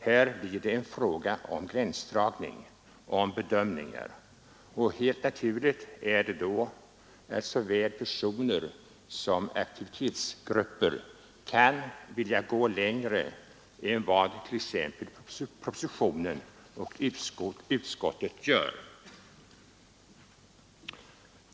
Här blir det en fråga om gränsdragning, om bedömningar, och helt naturligt är det då att såväl personer som aktivitetsgrupper kan vilja gå längre än vad t.ex. propositionen och utskottet gör.